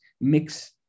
mix